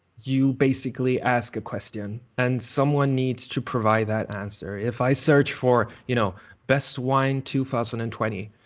you'll basically ask a question. and someone needs to provide that answer. if i search for you know best wine two thousand and twenty,